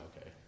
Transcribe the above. okay